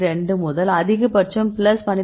2 முதல் அதிகபட்சம் பிளஸ் 12